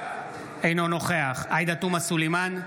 אינו נוכח עאידה תומא סלימאן,